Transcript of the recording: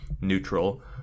neutral